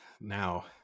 now